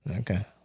Okay